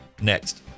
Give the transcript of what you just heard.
next